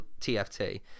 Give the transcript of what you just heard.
TFT